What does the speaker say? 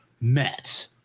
met